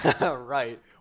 Right